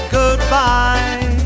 goodbye